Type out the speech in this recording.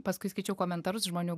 paskui skaičiau komentarus žmonių